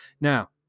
Now